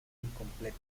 incompleta